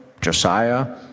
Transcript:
Josiah